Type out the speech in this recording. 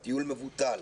הטיול מבוטל?